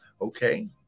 Okay